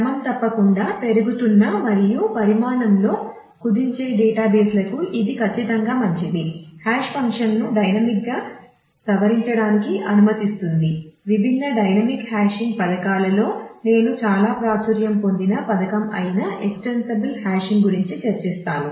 క్రమం తప్పకుండా పెరుగుతున్న మరియు పరిమాణంలో కుదించే డేటాబేస్లకు ఇది ఖచ్చితంగా మంచిది హాష్ ఫంక్షన్ గురించి చర్చిస్తాను